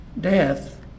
death